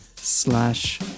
slash